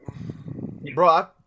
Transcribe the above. Bro